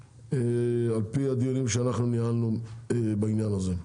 על פי הדיונים שאנחנו ניהלנו בעניין הזה.